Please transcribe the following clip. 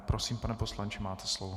Prosím, pane poslanče, máte slovo.